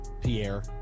Pierre